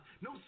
no